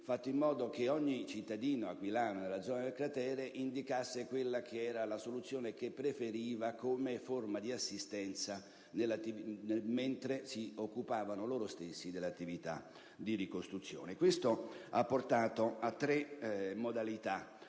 modo giusto) e a ogni cittadino aquilano della zona del cratere di indicare la soluzione preferita come forma di assistenza, mentre si occupavano loro stessi dell'attività di ricostruzione. Ciò ha portato a tre modalità